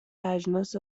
اجناس